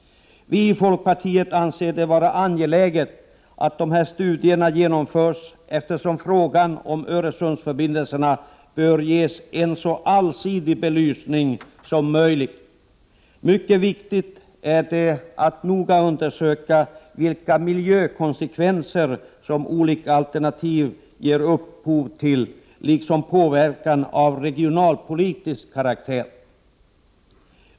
Vi i folkpartiet anser det vara angeläget att dessa studier genomförs, eftersom frågan om Öresundsförbindelserna bör ges en så allsidig belysning som möjligt. Det är mycket viktigt att noga undersöka vilka miljökonsekvenser som olika alternativ ger upphov till, liksom påverkan av regionalpolitisk karaktär.